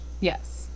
Yes